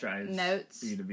notes